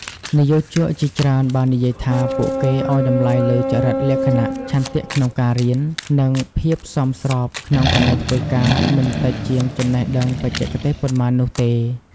និយោជកជាច្រើនបាននិយាយថា ពួកគេឲ្យតម្លៃលើចរិតលក្ខណៈ ឆន្ទៈក្នុងការរៀន និងភាពសមស្របក្នុងកន្លែងធ្វើការមិនតិចជាងចំណេះដឹងបច្ចេកទេសប៉ុន្មាននោះទេ។